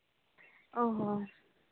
ᱚ ᱦᱚᱸ